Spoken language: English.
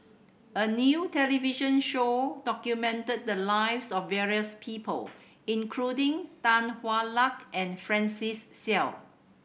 a new television show documented the lives of various people including Tan Hwa Luck and Francis Seow